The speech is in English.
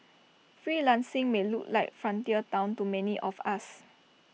freelancing may look like frontier Town to many of us